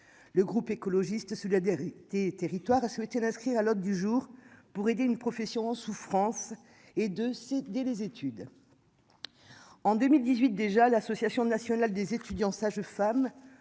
le groupe écologiste sur la vérité, territoire a souhaité l'inscrire à l'ordre du jour pour aider une profession souffrance et de céder les études en 2018 déjà, l'association nationale des étudiants sages-femmes